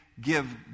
give